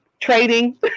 trading